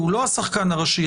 הם לא השחקן הראשי.